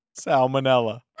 Salmonella